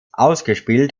ausgespielt